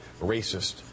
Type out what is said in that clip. racist